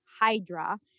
Hydra